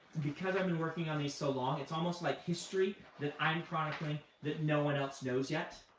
because i've been working on these so long, it's almost like history that i'm chronicling that no one else knows yet,